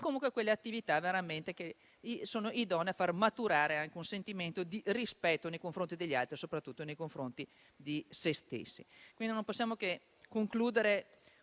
artistica: quelle attività che veramente sono idonee a far maturare anche un sentimento di rispetto nei confronti degli altri, ma soprattutto nei confronti di se stessi. Quindi, non possiamo che concludere